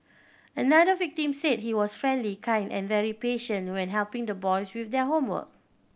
another victim said he was friendly kind and very patient when helping the boys with their homework